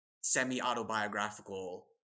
semi-autobiographical